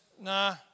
nah